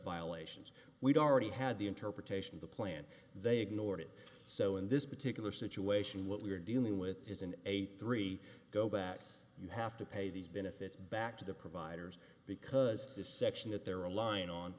violations we've already had the interpretation of the plan they ignored it so in this particular situation what we're dealing with is an eighty three go back you have to pay these benefits back to the providers because the section that they're